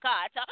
God